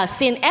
sin